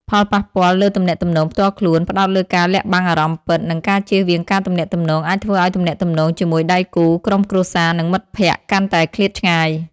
ផលប៉ះពាល់លើទំនាក់ទំនងផ្ទាល់ខ្លួន ផ្តោតលើការលាក់បាំងអារម្មណ៍ពិត និងការជៀសវាងការទំនាក់ទំនងអាចធ្វើឱ្យទំនាក់ទំនងជាមួយដៃគូ ក្រុមគ្រួសារ និងមិត្តភក្តិកាន់តែឃ្លាតឆ្ងាយ។